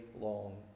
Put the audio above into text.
long